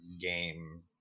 game